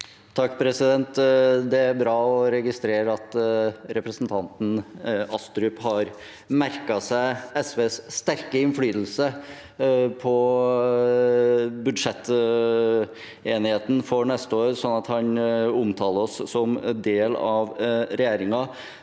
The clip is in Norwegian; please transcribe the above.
(SV) Det er bra å re- gistrere at representanten Astrup har merket seg SVs sterke innflytelse på budsjettenigheten for neste år, sånn at han omtaler oss som del av regjeringen.